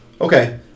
okay